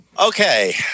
Okay